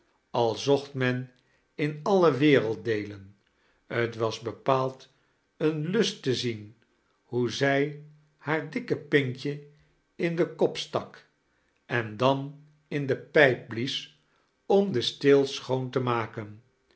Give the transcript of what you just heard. al zooht men in alle werelddeelen t was bepaald een lust te ziem hoe zij haar dikke pinkje in den kop stak en dan in de pijp blies oin den steel schoon te maken